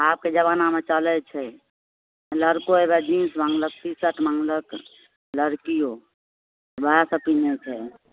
आबके जबानामे चलै छै लड़को होइबै जिन्स माङ्गलक टी शर्ट माङ्गलक लड़कियो ओहए सब पीन्है छै